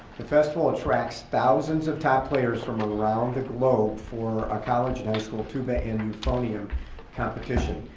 the festival attracts thousands of top players from around the globe for a college and high school tuba and euphonium competition.